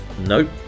Nope